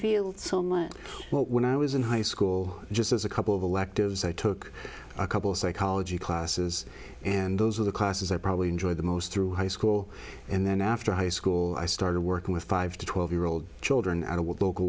field so much when i was in high school just as a couple of electives i took a couple psychology classes and those are the classes i probably enjoyed the most through high school and then after high school i started working with five to twelve year old children